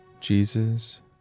Jesus